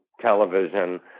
television